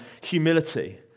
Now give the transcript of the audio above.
humility